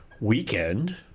weekend